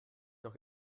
noch